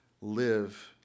live